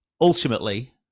ultimately